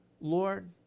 Lord